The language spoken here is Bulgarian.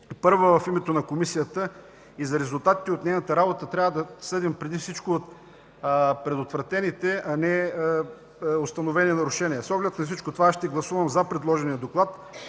първа в името на Комисията и за резултатите от нейната работа трябва да съдим преди всичко от предотвратените, а не установени нарушения. С оглед на всичко това аз ще гласувам „за” предложения доклад